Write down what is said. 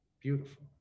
Beautiful